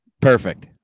perfect